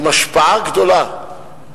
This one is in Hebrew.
עם השפעה גדולה.